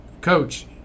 Coach